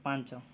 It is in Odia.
ପାଞ୍ଚ